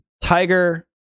tiger